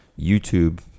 YouTube